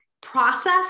process